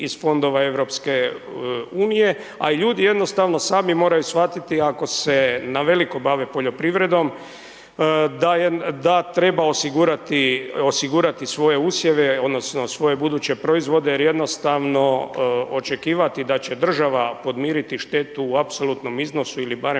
iz fondova EU, a ljudi jednostavno sami moraju shvatiti ako se na veliko bave poljoprivredom, da treba osigurati svoje usjeve, odnosno svoje buduće proizvode jer jednostavno očekivati da će država podmiriti štetu u apsolutnom iznosu ili barem